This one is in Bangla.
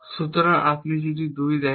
সুতরাং আপনি যদি এই 2টি দেখেন